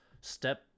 step